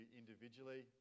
individually